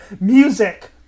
music